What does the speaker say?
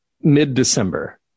mid-December